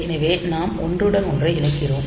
எனவே நாம் ஒன்றுடன் ஒன்றை இணைக்கிறோம்